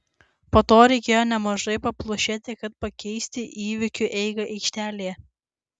po to reikėjo nemažai paplušėti kad pakeisti įvykių eigą aikštelėje